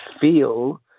feel